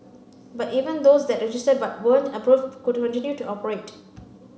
but even those that registered but weren't approved could continue to operate